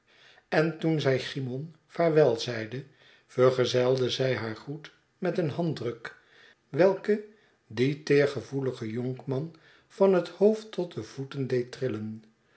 en toen zij cymon vaarwel zeide vergezelde zij haar groet met een handdruk welke dien teergevoeligen jonkman van het hoofd tot de voeten deed trillen